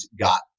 got